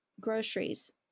groceries